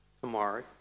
tomorrow